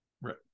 Right